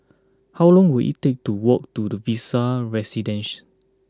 how long will it take to walk to the Vista Residences